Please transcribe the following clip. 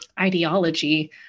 ideology